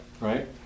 right